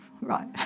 right